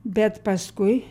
bet paskui